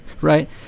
right